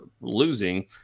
losing